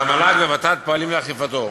והמל"ג וות"ת פועלים לאכיפתו.